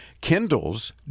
Kindles